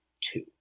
two